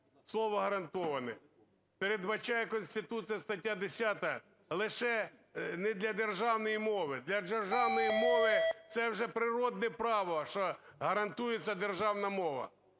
Слово "гарантоване" передбачає Конституція, стаття 10, лише не для державної мови, для державної мови це вже природне право, що гарантується державна мова.